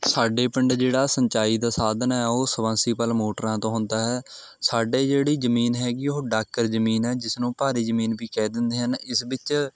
ਸਾਡੇ ਪਿੰਡ ਜਿਹੜਾ ਸਿੰਚਾਈ ਦਾ ਸਾਧਨ ਹੈ ਉਹ ਸਬੰਸੀਬਲ ਮੋਟਰਾਂ ਤੋਂ ਹੁੰਦਾ ਹੈ ਸਾਡੇ ਜਿਹੜੀ ਜ਼ਮੀਨ ਹੈਗੀ ਉਹ ਡਾਕਰ ਜ਼ਮੀਨ ਹੈ ਜਿਸ ਨੂੰ ਭਾਰੀ ਜ਼ਮੀਨ ਵੀ ਕਹਿ ਦਿੰਦੇ ਹਨ ਇਸ ਵਿੱਚ